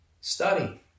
Study